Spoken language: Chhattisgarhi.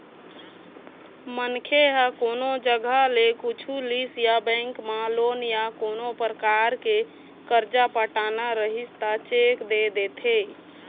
मनखे ह कोनो जघा ले कुछु लिस या बेंक म लोन या कोनो परकार के करजा पटाना रहिस त चेक दे देथे